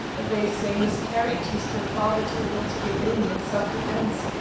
they say miss carrie teased her father till he had to give in in self-defence.